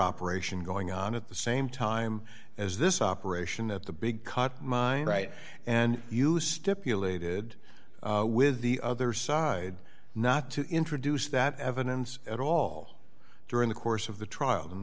operation going on at the same time as this operation that the big cut mine right and you stipulated with the other side not to introduce that evidence at all during the course of the trial